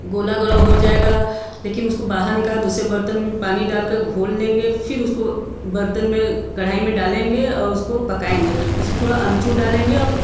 गोला गोला हो जाएगा लेकिन उसको बाहर निकाल दूसरे बर्तन पानी डालकर घोल लेंगे फिर उसको बर्तन में कढ़ाही में डालेंगे और उसको पकाएँगे उसमें थोड़ा अमचूर डालेंगे और